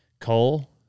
Cole